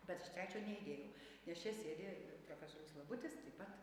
bet iš trečio neįdėjau nes čia sėdi ir profesorius labutis taip pat